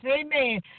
amen